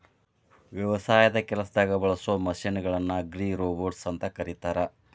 ವ್ಯವಸಾಯದ ಕೆಲಸದಾಗ ಬಳಸೋ ಮಷೇನ್ ಗಳನ್ನ ಅಗ್ರಿರೋಬೊಟ್ಸ್ ಅಂತ ಕರೇತಾರ